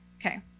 Okay